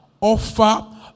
offer